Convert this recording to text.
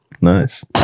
Nice